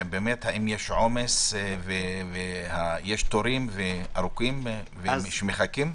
האם יש עומס ותורים ארוכים שמחכים?